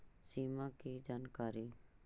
सिमा कि जानकारी?